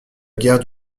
guerre